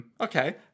Okay